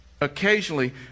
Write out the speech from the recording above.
Occasionally